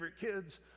kids